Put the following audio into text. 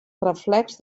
reflex